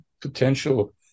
potential